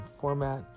format